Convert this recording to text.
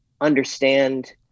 understand